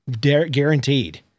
Guaranteed